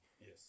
Yes